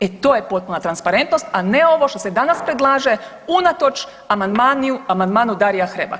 E, to je potpuna transparentnost, a ne ovo što se danas predlaže unatoč amandmanu Darija Hrebaka.